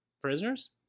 Prisoners